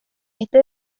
este